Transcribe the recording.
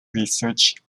research